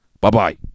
Bye-bye